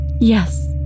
Yes